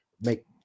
make